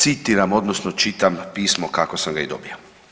Citiram odnosno čitam pismo kako sam ga i dobio.